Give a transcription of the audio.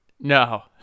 No